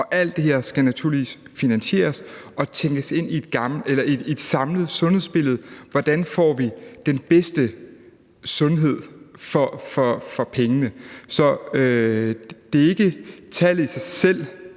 Alt det her skal naturligvis finansieres og tænkes ind i et samlet sundhedsbillede, nemlig hvordan vi får den bedste sundhed for pengene. Så det er ikke tallet i sig selv,